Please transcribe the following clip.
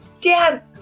Dad